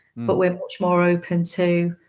but we're much more open to,